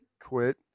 quit